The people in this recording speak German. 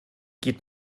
geht